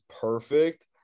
perfect